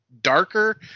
darker